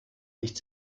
nicht